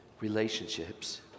relationships